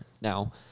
Now